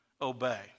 obey